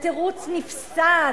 בתירוץ נפסד,